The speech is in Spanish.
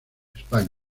españa